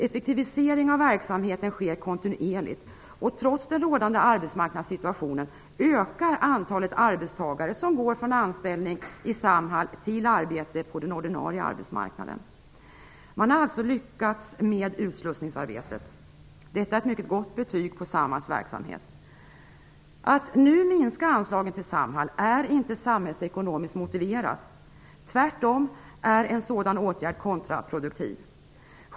Effektivisering av verksamheten sker kontinuerligt, och trots den rådande arbetsmarknadssituationen ökar antalet arbetstagare som går från anställning i Samhall till arbete på den ordinarie arbetsmarknaden. Man har alltså lyckats med utslussningsarbetet. Detta är ett mycket gott betyg åt Samhalls verksamhet. Att nu minska anslagen till Samhall är inte samhällsekonomiskt motiverat. Tvärtom är en sådan åtgärd kontraproduktiv.